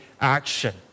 action